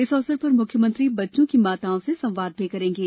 इस अवसर पर मुख्यमंत्री बच्चों की माताओं से संवाद भी करेंगे